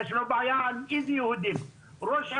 יש לנו בעיה עם --- יהודים.